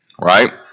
right